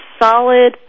solid